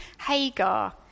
Hagar